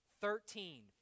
Thirteen